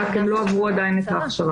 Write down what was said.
רק הם לא עברו עדיין את ההכשרה.